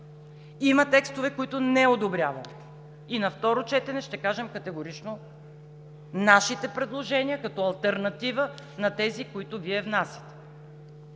Има текстове, които не одобряваме. На второ четене ще кажем категорично нашите предложения като алтернатива на тези, които внасяте.